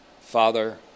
Father